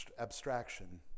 abstraction